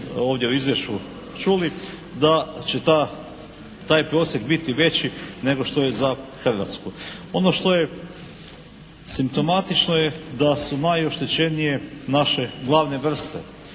ovdje u izvješću čuli, da će taj prosjek biti veći nego što je za Hrvatsku. Ono što je simptomatično je da su najoštećenije naše glavne vrste